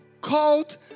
called